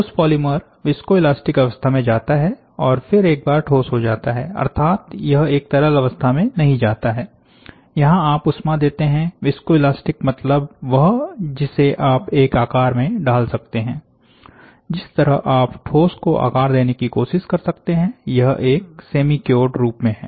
ठोस polymer viscoelastic अवस्था में जाता है और फिर एक बार ठोस हो जाता है अर्थात यह एक तरल अवस्था में नहीं जाता है यहाँ आप ऊष्मा देते हैं विस्कोइलास्टिक मतलब वह जिसे आप एक आकार में ढाल सकते हैं जिस तरह आप ठोस को आकार देने की कोशिश कर सकते हैं यह एक सेमी क्योंर्ड रूप में है